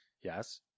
Yes